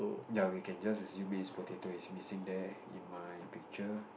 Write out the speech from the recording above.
ya we can just assume it's potato it's missing there in my picture